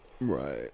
Right